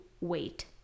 wait